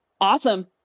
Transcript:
awesome